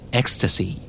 ecstasy